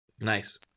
Nice